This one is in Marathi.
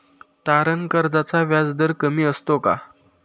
तारण कर्जाचा व्याजदर कमी असतो का?